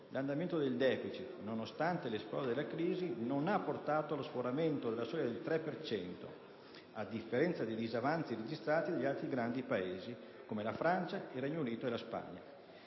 l'andamento del deficit, nonostante l'esplodere della crisi, non ha portato allo sforamento della soglia del 3 per cento, a differenza dei disavanzi registrati da altri grandi Paesi come Francia, Regno Unito e Spagna,